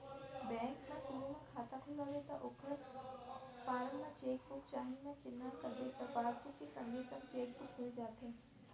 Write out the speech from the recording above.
bank म सुरू म खाता खोलवाबे त ओकर फारम म चेक बुक चाही म चिन्हा करबे त पासबुक के संगे संग चेक बुक मिल जाथे